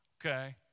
Okay